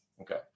Okay